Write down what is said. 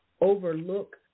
overlook